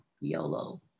yolo